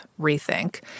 rethink